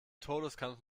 todeskampf